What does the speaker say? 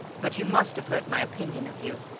but you must have heard my opinion of you.